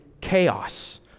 chaos